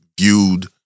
viewed